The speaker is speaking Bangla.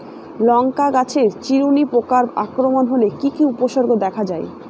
লঙ্কা গাছের চিরুনি পোকার আক্রমণ হলে কি কি উপসর্গ দেখা যায়?